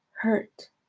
hurt